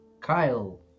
kyle